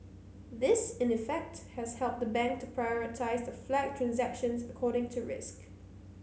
this in effect has helped the bank to prioritise the flagged transactions according to risk